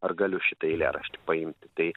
ar galiu šitą eilėraštį paimti tai